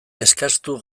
eskastu